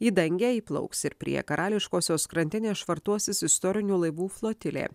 į dangę įplauks ir prie karališkosios krantinės švartuosis istorinių laivų flotilė